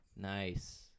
nice